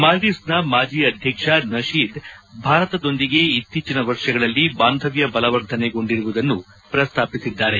ಮಾಲ್ತೀವ್ಸ್ನ ಮಾಜಿ ಅಧ್ಯಕ್ಷ ನಶೀದ್ ಭಾರತದೊಂದಿಗೆ ಇತ್ತೀಚಿನ ವರ್ಷಗಳಲ್ಲಿ ಬಾಂಧವ್ಯ ಬಲವರ್ಧನೆಗೊಂಡಿರುವುದನ್ನು ಪ್ರಸ್ತಾಪಿಸಿದ್ದಾರೆ